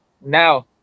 now